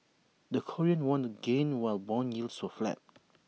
the Korean won gained while Bond yields were flat